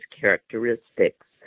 characteristics